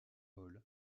paul